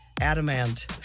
Adamant